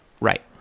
Right